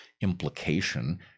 implication